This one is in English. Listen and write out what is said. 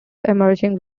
emerging